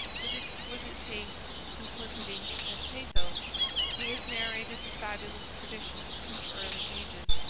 with exquisite taste, simplicity, and pathos he has narrated the fabulous traditions of early ages,